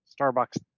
Starbucks